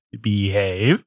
behave